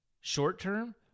short-term